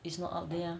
it's not out there ah